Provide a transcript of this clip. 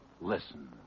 Listen